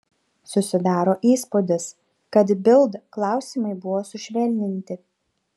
susidaro įspūdis kad bild klausimai buvo sušvelninti